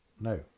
No